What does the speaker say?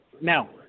Now